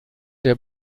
der